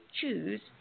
Choose